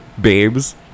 babes